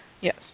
Yes